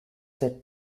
said